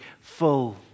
full